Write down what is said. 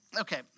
okay